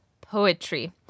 poetry